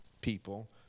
people